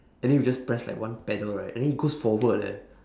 and then you just press like one pedal right and then it goes forward leh